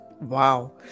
wow